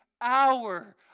hour